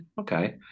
okay